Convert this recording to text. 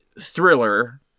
thriller